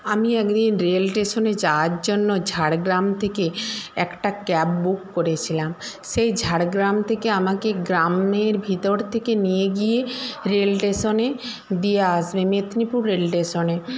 আমি একদিন রেল স্টেশনে যাওয়ার জন্য ঝাড়গ্রাম থেকে একটা ক্যাব বুক করেছিলাম সেই ঝাড়গ্রাম থেকে আমাকে গ্রামের ভিতর থেকে নিয়ে গিয়ে রেল স্টেশনে দিয়ে আসবে মেদিনীপুর রেল স্টেশনে